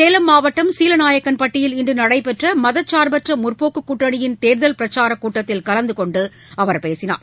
சேலம் மாவட்டம் சீலநாயக்கன்பட்டியில் இன்றுநடைபெற்றமதச்சா்பற்றமுற்போக்குக் கூட்டணியின் தோ்தல் பிரச்சாரக் கூட்டத்தில் கலந்துகொண்டுஅவர் பேசினார்